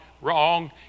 Wrong